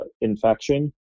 infection